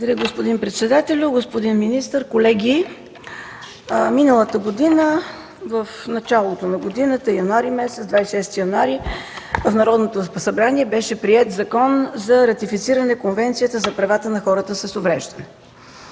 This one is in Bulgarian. Благодаря, господин председател. Господин министър, колеги! В началото на миналата година – 26 януари, в Народното събрание беше приет Закон за ратифициране Конвенцията за правата на хората с увреждания.